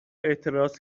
اعتراض